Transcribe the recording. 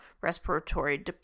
respiratory